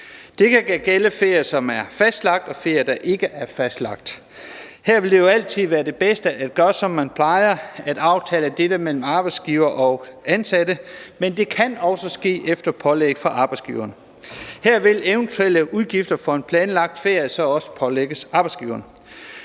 Det kan gælde ferie, som er fastlagt, og ferie, som ikke er fastlagt. Her vil det jo altid være det bedste at gøre, som man plejer, altså at aftale dette mellem arbejdsgiver og ansatte, men det kan også ske efter pålæg fra arbejdsgiveren. Her vil eventuelle udgifter for en planlagt ferie så også pålægges arbejdsgiveren.